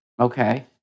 Okay